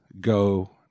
go